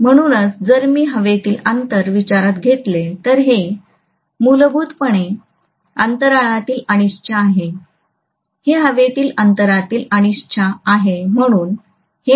म्हणूनच जर मी हवेतील अंतर विचारात घेतले तर हे मूलभूतपणे अंतराळातील अनिच्छा आहे हे हवेतील अंतरातील अनिच्छा आहे